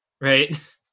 Right